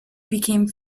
became